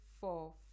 four